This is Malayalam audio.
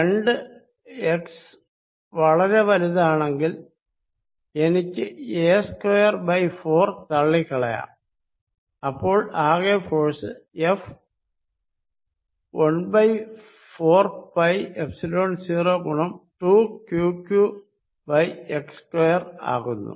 രണ്ട് x വളരെ വലുതാണെങ്കിൽ എനിക്ക് a സ്ക്വയർ 4 തള്ളിക്കളയാം അപ്പോൾ ആകെ ഫോഴ്സ് F 14 πϵ0 ഗുണം 2qqxസ്ക്വയർ ആകുന്നു